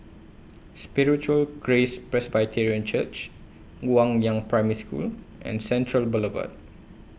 Spiritual Grace Presbyterian Church Guangyang Primary School and Central Boulevard